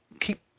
keep